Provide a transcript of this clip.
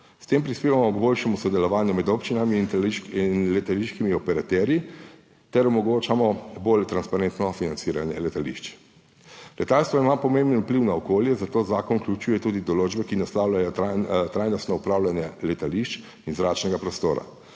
S tem prispevamo k boljšemu sodelovanju med občinami in letališkimi operaterji ter omogočamo bolj transparentno financiranje letališč. Letalstvo ima pomemben vpliv na okolje, zato zakon vključuje tudi določbe, ki naslavljajo trajnostno upravljanje letališč in zračnega prostora.